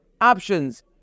options